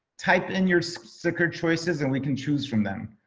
type in your sticker choices, and we can choose from them.